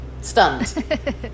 stunned